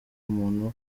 muntu